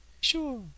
Sure